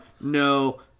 No